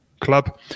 club